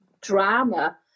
drama